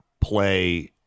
play